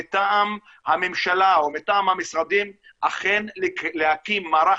מטעם הממשלה או מטעם המשרדים אכן להקים מערך